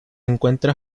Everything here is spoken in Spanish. encuentra